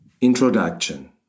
Introduction